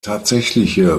tatsächliche